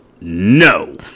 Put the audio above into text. No